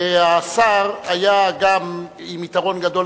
השר היה גם עם יתרון גדול,